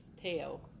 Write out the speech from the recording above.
tail